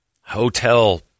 hotel